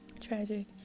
tragic